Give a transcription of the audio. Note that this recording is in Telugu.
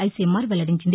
ఐసీఎంఆర్ వెల్లడించింది